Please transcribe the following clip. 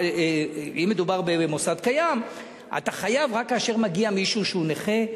אם מדובר במוסד קיים אתה חייב רק כאשר מגיע מישהו שהוא נכה,